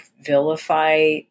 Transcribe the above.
vilify